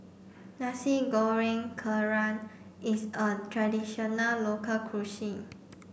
Nasi Goreng Kerang is a traditional local cuisine